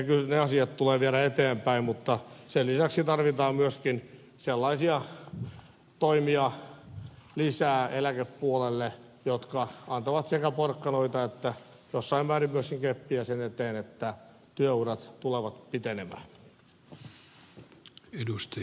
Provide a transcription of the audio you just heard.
ne asiat tulee viedä eteenpäin mutta sen lisäksi tarvitaan myöskin eläkepuolelle lisää sellaisia toimia jotka antavat sekä porkkanoita että jossain määrin myöskin keppiä sen eteen että työurat tulevat pitenemään